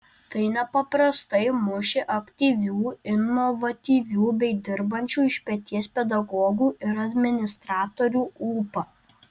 tai nepaprastai mušė aktyvių inovatyvių bei dirbančių iš peties pedagogų ir administratorių ūpą